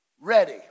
ready